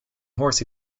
horse